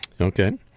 Okay